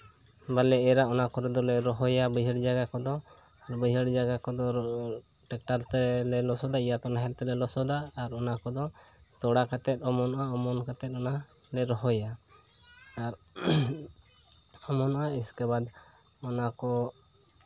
ᱵᱟᱞᱮ ᱮᱨᱟ ᱚᱱᱟ ᱠᱚᱨᱮ ᱫᱚᱞᱮ ᱨᱚᱦᱚᱭᱟ ᱵᱟᱹᱭᱦᱟᱹᱲ ᱡᱟᱭᱜᱟ ᱠᱚᱫᱚ ᱵᱟᱹᱭᱦᱟᱹᱲ ᱡᱟᱭᱜᱟ ᱠᱚᱫᱚ ᱴᱨᱟᱠᱴᱟᱨ ᱛᱮᱞᱮ ᱞᱚᱥᱚᱫᱟ ᱤᱭᱟᱛᱚ ᱱᱟᱦᱮᱞ ᱛᱮᱞᱮ ᱞᱚᱥᱚᱫᱟ ᱟᱨ ᱚᱱᱟ ᱠᱚᱫᱚ ᱛᱚᱲᱟ ᱠᱟᱛᱮ ᱚᱢᱚᱱᱚᱜᱼᱟ ᱚᱢᱚᱱ ᱠᱟᱛᱮ ᱚᱱᱟ ᱞᱮ ᱨᱚᱦᱚᱭᱟ ᱟᱨ ᱚᱢᱚᱱᱜᱼᱟ ᱮᱹᱥᱠᱮ ᱵᱟᱫ ᱚᱱᱟ ᱠᱚ